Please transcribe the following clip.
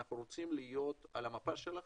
אנחנו רוצים להיות על המפה שלכם.